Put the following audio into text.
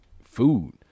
food